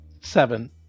seven